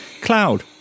Cloud